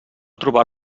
trobar